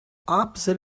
opposite